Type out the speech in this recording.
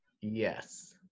Yes